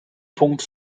punkt